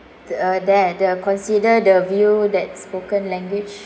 th~ uh there the uh consider the view that spoken language